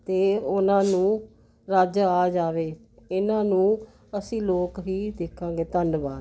ਅਤੇ ਉਹਨਾਂ ਨੂੰ ਰੱਜ ਆ ਜਾਵੇ ਇਹਨਾਂ ਨੂੰ ਅਸੀਂ ਲੋਕ ਹੀ ਦੇਖਾਂਗੇ ਧੰਨਵਾਦ